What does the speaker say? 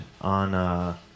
on